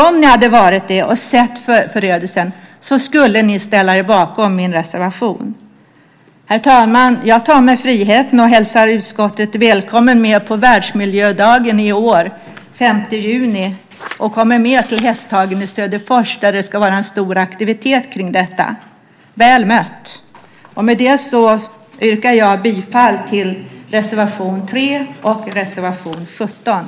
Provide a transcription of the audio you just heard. Om ni hade varit där och sett förödelsen skulle ni ställa er bakom min reservation. Herr talman! Jag tar mig friheten och hälsar utskottet välkommet på världsmiljödagen den 5 juni i år till Hästhagen i Söderfors där det kommer att vara en stor aktivitet kring detta. Väl mött! Med det yrkar jag bifall till reservation 3 och reservation 17.